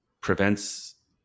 prevents